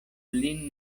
lin